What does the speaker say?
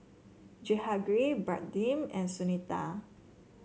Jehangirr Pradip and Sunita